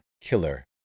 killer